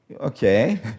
okay